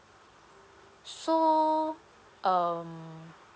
so um